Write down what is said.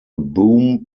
boom